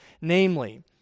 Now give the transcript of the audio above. namely